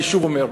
אני שוב אומר,